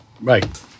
Right